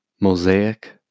mosaic